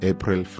April